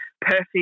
perfect